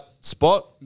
spot